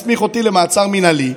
מסמיך אותי למעצר מינהלי,